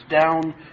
down